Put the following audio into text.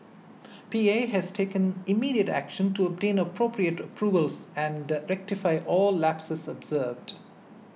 P A has taken immediate action to obtain appropriate approvals and rectify all lapses observed